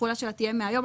התחולה שלה תהיה מהיום,